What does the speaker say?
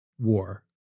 war